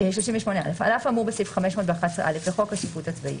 על אף האמור בסעיף 511(א) לחוק השיפוט הצבאי,